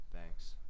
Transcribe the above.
Thanks